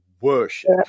worship